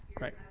Right